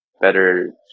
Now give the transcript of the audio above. better